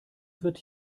wird